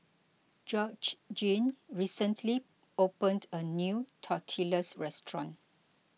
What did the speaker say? Georgene recently opened a new Tortillas restaurant